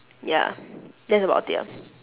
ya that's about it ah